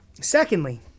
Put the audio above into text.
Secondly